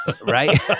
Right